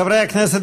חברי הכנסת,